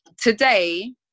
today